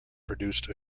produced